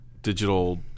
Digital